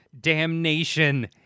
damnation